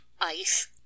ice